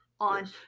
On